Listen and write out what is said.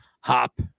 hop